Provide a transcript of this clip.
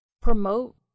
promote